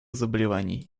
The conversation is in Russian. заболеваний